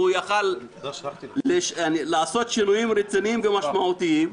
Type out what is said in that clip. והוא יכול היה לעשות שינויים רציניים ומשמעותיים,